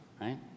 right